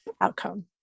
outcome